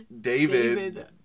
David